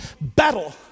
battle